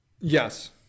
Yes